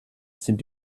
sind